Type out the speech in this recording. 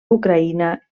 ucraïna